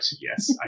yes